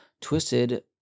Twisted